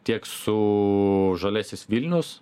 tiek su žaliasis vilnius